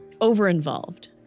over-involved